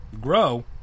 grow